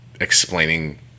explaining